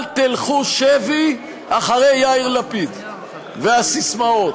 אל תלכו שבי אחרי יאיר לפיד והססמאות.